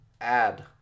add